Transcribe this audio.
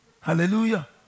Hallelujah